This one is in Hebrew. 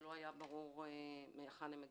שלא היה ברור מהיכן הן מגיעות.